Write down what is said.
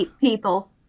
people